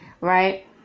Right